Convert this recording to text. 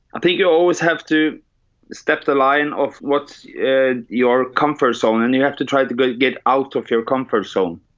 i think you'll always have to step the line of what you and your comfort zone and you have to try to to get out of your comfort zone